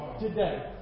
today